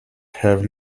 have